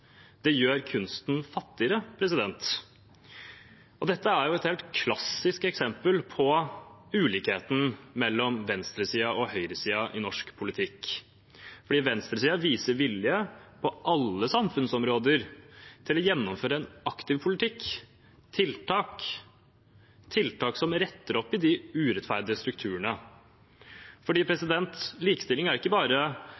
Det gjør kunsten fattigere. Dette er et helt klassisk eksempel på ulikheten mellom venstresiden og høyresiden i norsk politikk, for venstresiden viser vilje til på alle samfunnsområder å gjennomføre en aktiv politikk med tiltak som retter opp i de urettferdige strukturene.